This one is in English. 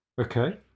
okay